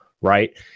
right